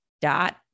dot